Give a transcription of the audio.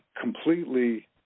completely